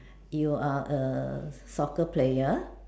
you are a soccer player